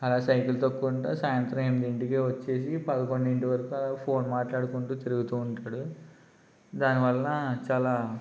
అలా సైకిల్ తొక్కుకుంటా సాయంత్రం ఎనిమిదింటికి వచ్చేసి పదకొండింటి వరకు అలా ఫోన్ మాట్లాడుకుంటూ తిరుగుతూ ఉంటాడు దానివల్ల చాలా